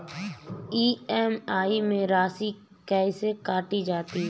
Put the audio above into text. EMI में राशि कैसे काटी जाती है?